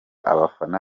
abafana